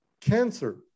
cancer